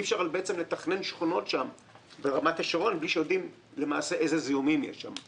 אי אפשר לתכנן שכונות ברמת השרון בלי שיודעים למעשה אילו זיהומים יש שם,